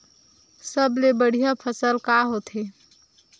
सबले बढ़िया फसल का होथे?